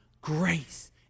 grace